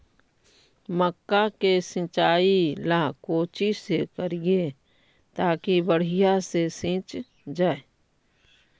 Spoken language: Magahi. मक्का के सिंचाई ला कोची से करिए ताकी बढ़िया से सींच जाय?